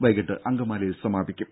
വൈകീട്ട് അങ്കമാലിയിൽ സമാപിക്കും